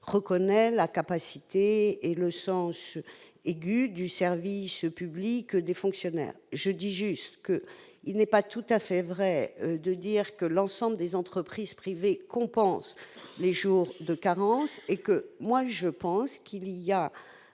reconnaît la capacité et le sang aiguë du service public des fonctionnaires, je dis juste que il n'est pas tout à fait vrai de dire que l'ensemble des entreprises privées compensent les jours de carence et que moi je pense qu'il y a